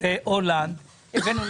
הולנד.